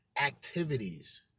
activities